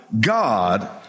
God